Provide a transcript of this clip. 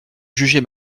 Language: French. juger